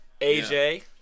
AJ